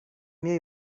میای